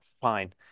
fine